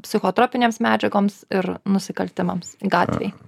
psichotropinėms medžiagoms ir nusikaltimams gatvėj